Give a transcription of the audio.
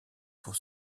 pour